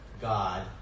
God